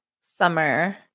summer